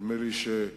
נדמה לי שבבית-ג'ן,